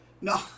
No